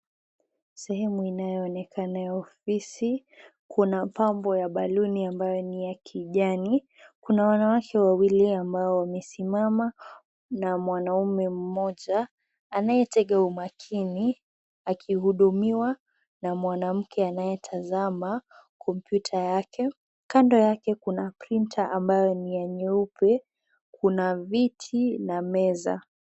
Sehemu inayoonekana ya ofisi, kuna pambo ya baluni ambayo ni ya kijani. Kuna wanawake wawili ambao wamesimama na mwanamume mmoja anayetega umakini akihudumiwa na mwanamke anayetazama kompyuta yake. Kando yake kuna printa ambayo ni ya nyeupe. Kuna viti na meza.